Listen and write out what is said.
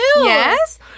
Yes